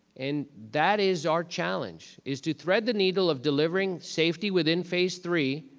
and that is our challenge, is to thread the needle of delivering safety within phase three,